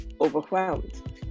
overwhelmed